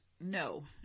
no